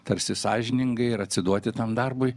tarsi sąžiningai ir atsiduoti tam darbui